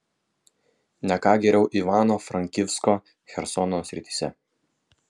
ne ką geriau ivano frankivsko chersono srityse